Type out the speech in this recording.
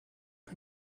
que